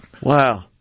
Wow